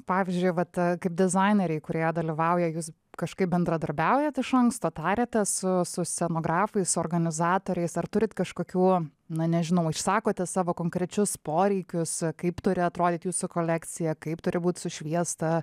pavyzdžiui vat kaip dizaineriai kurioje dalyvauja jūs kažkaip bendradarbiaujat iš anksto tariatės su su scenografais su organizatoriais ar turit kažkokių na nežinau išsakote savo konkrečius poreikius kaip turi atrodyt jūsų kolekcija kaip turi būt sušviesta